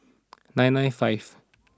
nine nine five